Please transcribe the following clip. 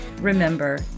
Remember